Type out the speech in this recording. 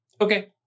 Okay